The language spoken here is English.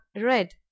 red